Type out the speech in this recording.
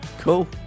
cool